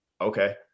okay